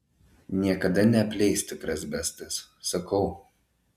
niekada neapleis tikras bestas sakau